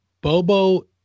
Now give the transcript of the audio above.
Bobo